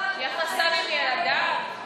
יחסיו עם ילדיו?